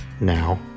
Now